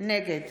נגד